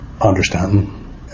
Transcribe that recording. understanding